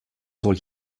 soll